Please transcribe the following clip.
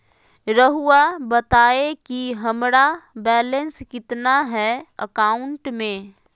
रहुआ बताएं कि हमारा बैलेंस कितना है अकाउंट में?